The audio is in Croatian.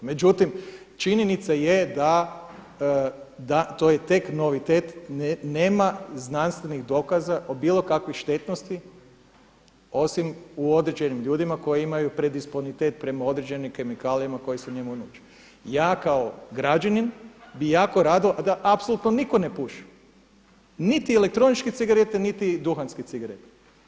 Međutim, činjenica je da, da to je tek novitet nema znanstvenih dokaza o bilo kakvoj štetnosti osim u određenim ljudima koji imaju predisponitet prema određenim kemikalijama koje su … Ja kao građanin bi jako rado a da apsolutno nitko ne puši, niti elektroničke cigarete, niti duhanske cigarete.